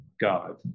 god